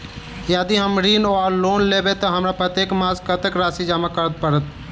यदि हम ऋण वा लोन लेबै तऽ हमरा प्रत्येक मास कत्तेक राशि जमा करऽ पड़त?